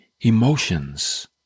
emotions